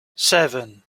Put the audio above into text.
seven